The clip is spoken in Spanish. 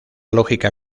lógica